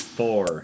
four